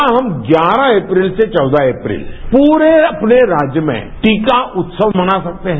क्या हम ग्यारह अप्रैल से चौदह अप्रैल पूरे अपने राज्य में टीका उत्सव मना सकते हैं